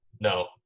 no